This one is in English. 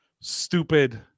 Stupid